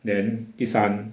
then 第三